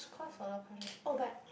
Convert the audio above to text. it's cause a lot of questions oh but